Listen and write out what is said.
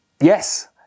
Yes